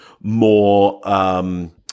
more